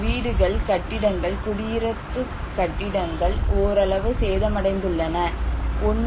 வீடுகள் கட்டிடங்கள் குடியிருப்பு கட்டிடங்கள் ஓரளவு சேதமடைந்துள்ளன 1